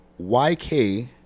yk